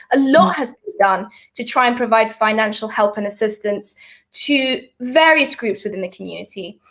a law has begun to try and provide financial help and assistance to various groups within the community.